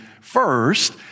first